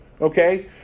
Okay